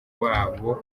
wabo